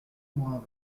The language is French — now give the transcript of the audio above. moins